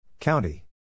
County